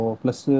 plus